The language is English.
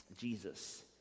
Jesus